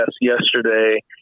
yesterday